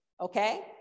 okay